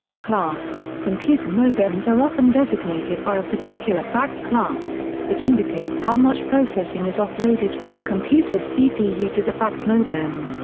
class computer modems are often designated by a particular fax class, which indicates how much processing is offloaded from the computer's cpu to the fax modem.